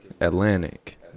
Atlantic